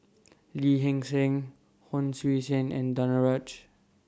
Lee Hee Seng Hon Sui Sen and Danaraj